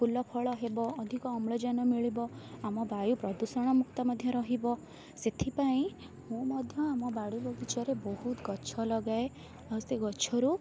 ଫୁଲ ଫଳ ହେବ ଅଧିକ ଅମ୍ଳଜାନ ମିଳିବ ଆମ ବାୟୁ ପ୍ରଦୂଷଣ ମୁକ୍ତ ମଧ୍ୟ ରହିବ ସେଥିପାଇଁ ମୁଁ ମଧ୍ୟ ଆମ ବାଡ଼ି ବଗିଚାରେ ବହୁତ ଗଛ ଲଗାଏ ଆଉ ସେ ଗଛରୁ